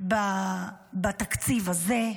בתקציב הזה,